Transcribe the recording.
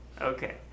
Okay